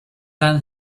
than